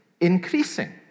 increasing